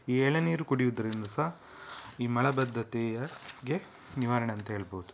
ಈ ಎಳನೀರು ಕುಡಿಯುದರಿಂದ ಸಹ ಈ ಮಲಬದ್ಧತೆಗೆ ನಿವಾರಣೆ ಅಂತ ಹೇಳ್ಬೋದು